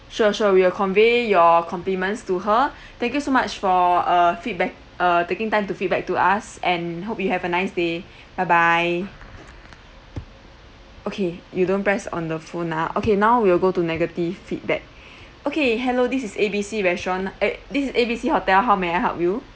sure sure we will convey your compliments to her thank you so much for uh feedback uh taking time to feedback to us and hope you have a nice day bye bye okay you don't press on the phone ah okay now we'll go to negative feedback okay hello this is A_B_C restaurant eh this is A_B_C hotel how may I help you